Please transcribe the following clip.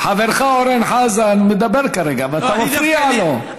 חברך אורן חזן מדבר כרגע ואתה מפריע לו.